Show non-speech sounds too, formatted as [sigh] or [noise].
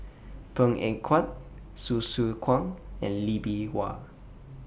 Png Eng Huat [unintelligible] Kwang and Lee Bee Wah